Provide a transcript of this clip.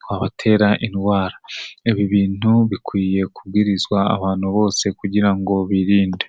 twabatera indwara, ibi bintu bikwiye kubwirizwa abantu bose kugira ngo birinde.